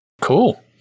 Cool